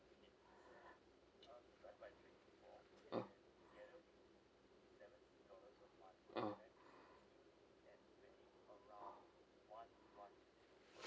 mm mm